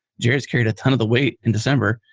jerod's carried a ton of the weight in december.